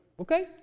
Okay